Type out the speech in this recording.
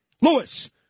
Lewis